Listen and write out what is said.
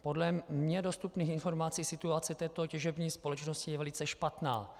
Podle mně dostupných informací situace této těžební společnosti je velice špatná.